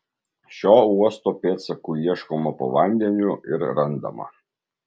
šio uosto pėdsakų ieškoma po vandeniu ir randama